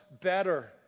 better